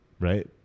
right